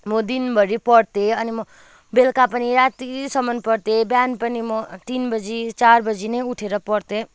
म दिनभरि पढ्थेँ अनि म बेलुका पनि रातिसम्म पढ्थेँ बिहान पनि म तिन बजी चार बजी नै उठेर पढ्थेँ